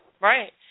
Right